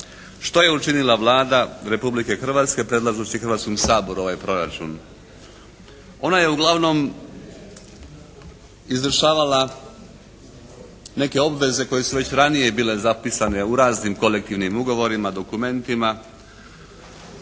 Što je učinila Vlada Republike Hrvatske predlažući Hrvatskom saboru ovaj Proračun? Ona je uglavnom izvršavala neke obveze koje su već ranije bile zapisane u raznim kolektivnim ugovorima, dokumentima,